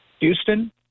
Houston